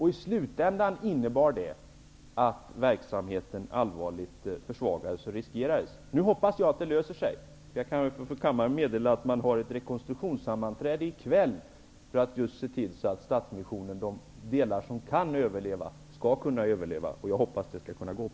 I slutänden kom det att innebära att verksamheten allvarligt försvagades och riskerades. Jag hoppas på en lösning. Jag kan för kammaren meddela att man har ett rekonstruktionssammanträde i kväll för att just se till att de delar av Stadsmissionen som kan överleva får den möjligheten. Jag hoppas på den möjligheten.